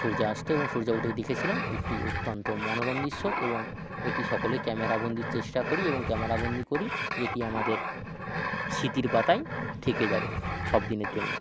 সূর্যাস্ত এবং সূর্য উদয় দেখেছিলাম এটি অত্যান্ত মনোরম দৃশ্য এবং এটি সকলে ক্যামেরা বন্দির চেষ্টা করি এবং ক্যামেরা বন্দি করি এটি আমাদের স্মৃতির পাতায় থেকে যাবে সব দিনের জন্য